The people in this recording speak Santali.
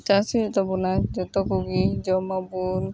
ᱪᱟᱥ ᱦᱩᱭᱩᱜ ᱛᱟᱵᱚᱱᱟ ᱡᱚᱛᱚ ᱠᱚᱜᱮ ᱡᱚᱢ ᱟᱵᱚᱱ